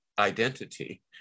identity